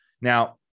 Now